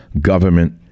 Government